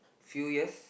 few years